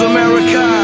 America